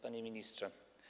Panie Ministrze!